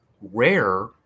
rare